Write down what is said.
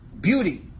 beauty